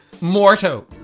Morto